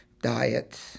diet